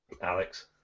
alex